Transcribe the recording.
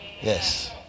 yes